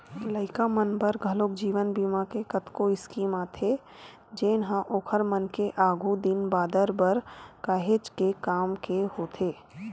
लइका मन बर घलोक जीवन बीमा के कतको स्कीम आथे जेनहा ओखर मन के आघु दिन बादर बर काहेच के काम के होथे